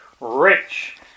rich